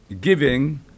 giving